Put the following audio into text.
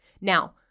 Now